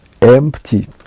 empty